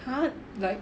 !huh! like